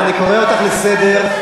חבר הכנסת ברכה.